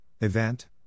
event